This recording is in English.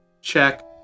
check